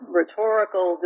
rhetorical